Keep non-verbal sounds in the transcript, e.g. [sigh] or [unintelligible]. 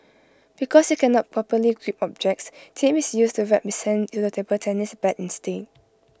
because he cannot properly grip objects tape is used to wrap [unintelligible] to the table tennis bat instead